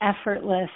effortless